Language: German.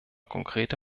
konkrete